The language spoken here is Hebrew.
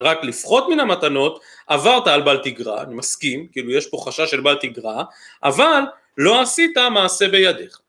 רק לפחות מן המתנות, עברת על בל תגרע, אני מסכים, כאילו יש פה חשש של בל תגרע, אבל לא עשית מעשה בידיך.